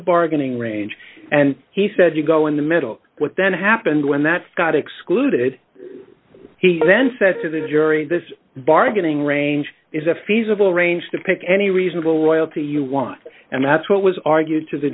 a bargaining range and he said you go in the middle what then happened when that got excluded he then said to the jury this bargaining range is a feasible range to pick any reasonable royalty you want and that's what was argued to the